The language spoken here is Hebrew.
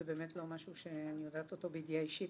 זה באמת לא משהו שאני יודעת אותו בידיעה אישית,